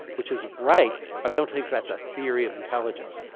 which is right, but i don't think that's a theory of intelligence.